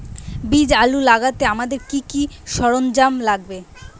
বীজ আলু লাগাতে আমাদের কি কি সরঞ্জাম লাগে?